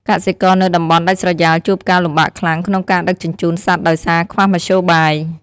កសិករនៅតំបន់ដាច់ស្រយាលជួបការ លំបាកខ្លាំង ក្នុងការដឹកជញ្ជូនសត្វដោយសារខ្វះមធ្យោបាយ។